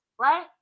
right